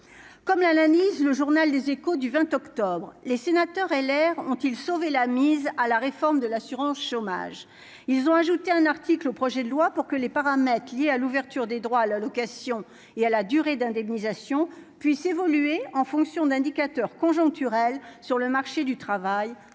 comme la la niche, le journal Les Échos du 20 octobre les sénateurs LR ont-ils sauvé la mise à la réforme de l'assurance chômage, ils ont ajouté un article au projet de loi pour que les paramètres liés à l'ouverture des droits à la location et à la durée d'indemnisation puisse évoluer en fonction d'indicateurs conjoncturels sur le marché du travail,